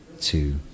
two